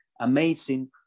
amazing